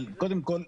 אבל קודם כל,